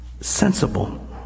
sensible